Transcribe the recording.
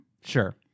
Sure